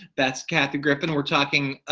that's kathy griffin, we're talking